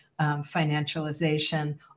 financialization